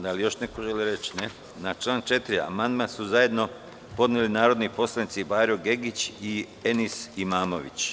Da li još neko želi reč? (Ne.) Na član 4. amandman su zajedno podneli narodni poslanici Bajro Gegić i Enis Imamović.